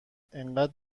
انقدر